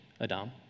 Adam